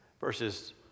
Verses